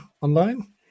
online